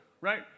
right